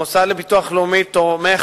המוסד לביטוח לאומי תומך,